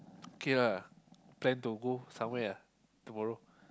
K lah plan to go somewhere ah tomorrow